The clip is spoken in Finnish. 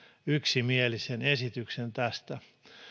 yksimielisen esityksen tästä